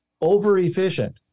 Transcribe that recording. over-efficient